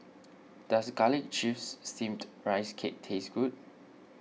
does Garlic Chives Steamed Rice Cake taste good